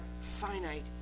finite